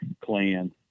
clan